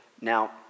Now